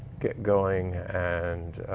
get going, and